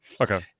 okay